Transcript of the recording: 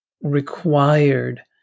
required